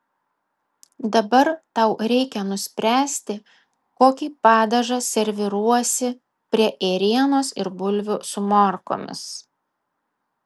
dabar tau reikia nuspręsti kokį padažą serviruosi prie ėrienos ir bulvių su morkomis